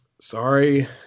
Sorry